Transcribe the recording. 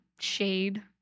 shade